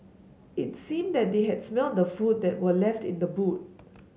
it's seemed that they had smelt the food that were left in the boot